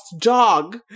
dog